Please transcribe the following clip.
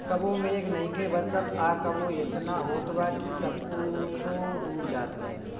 कबो मेघ नइखे बरसत आ कबो एतना होत बा कि सब कुछो डूब जात बा